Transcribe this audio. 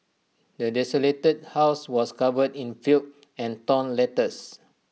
the desolated house was covered in filth and torn letters